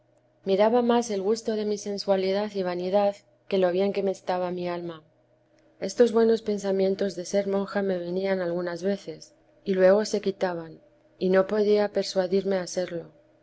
miraba más el gusto de mi sensualidad y vanidad que lo bien que me estaba a mi alma estos buenos pensamientos de ser monja me venían algunas veces y luego se quitaban y no podía persuadirme